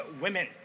women